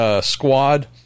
squad